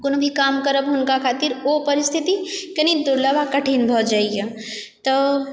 कोनो भी काम करब हुनका खातिर ओ परिस्थिति कनि दुर्लभ आ कठिन भए जाइए तऽ